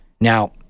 Now